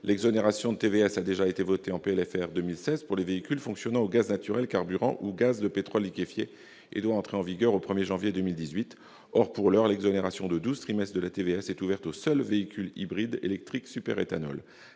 de loi de finances rectificative pour 2016 pour les véhicules fonctionnant au gaz naturel carburant ou au gaz de pétrole liquéfié et entrera en vigueur au 1 janvier 2018. Or, pour l'heure, l'exonération de douze trimestres de la TVS est ouverte aux seuls véhicules hybrides électriques-superéthanol.